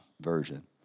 Version